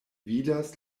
vidas